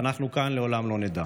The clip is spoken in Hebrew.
ואנחנו כאן לעולם לא נדע.